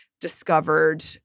discovered